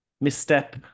misstep